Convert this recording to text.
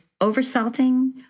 over-salting